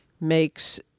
makes